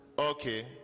okay